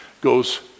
goes